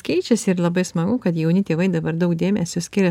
keičiasi ir labai smagu kad jauni tėvai dabar daug dėmesio skiria